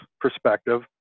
perspective